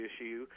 issue